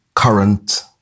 current